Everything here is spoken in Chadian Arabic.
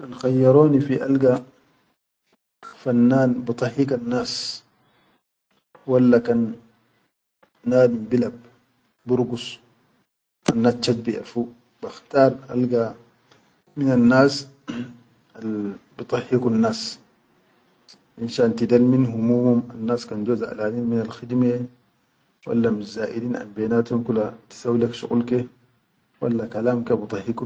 Kan khayyaroni fi alga fannan bidahhigan nas walla kan nadum bilab burgus nas chat biʼerfu bakhtar alga minannas al bidahhigun nas finshan tidal min humum anas kan jo zaʼalanin minal khidime walla zaʼilin an benatum kula tisaw lek shuqul ke walla kallam ke bidahh.